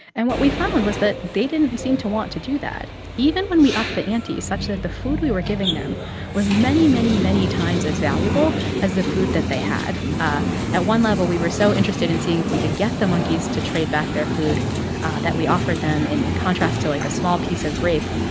and what we found was that they didn't seem to want to do that even when we upped the ante such that the food we were giving them was many, many, many times as valuable as the food that they had ah at one level, we were so interested in seeing if we could get the monkeys to trade back their food that we offered them, in in contrast to, like, a small piece of grape,